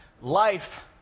life